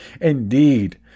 Indeed